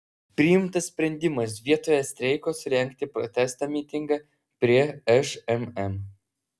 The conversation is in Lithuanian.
priimtas sprendimas vietoje streiko surengti protesto mitingą prie šmm